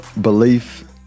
belief